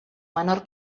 menor